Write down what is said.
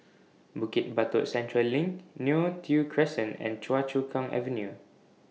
Bukit Batok Central LINK Neo Tiew Crescent and Choa Chu Kang Avenue